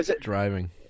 driving